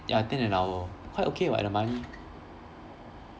ya ten an hour quite okay [what] the money